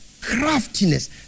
craftiness